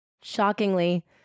Shockingly